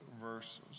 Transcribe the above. verses